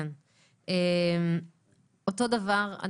אני חושבת אותו דבר.